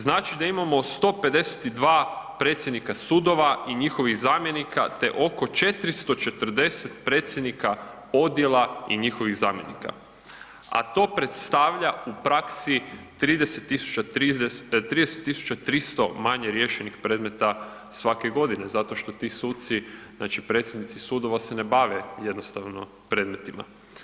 Znači da imamo 152 predsjednika sudova i njihovih zamjenika te oko 440 predsjednika odjela i njihovih zamjenika, a to predstavlja u praksi 30 tisuća, 30 300 manje riješenih predmeta svake godine zato što ti suci, znači predsjednici sudova se ne bave jednostavno predmetima.